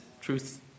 truth